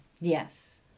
Yes